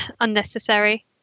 unnecessary